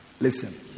Listen